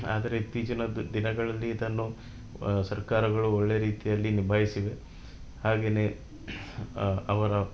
ಆದರೆ ಇತ್ತೀಚಿನದ್ದು ದಿನಗಳಲ್ಲಿ ಇದನ್ನು ಸರ್ಕಾರಗಳು ಒಳ್ಳೆ ರೀತಿಯಲ್ಲಿ ನಿಭಾಯಿಸಿವೆ ಹಾಗೇ ಅವರ